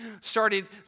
started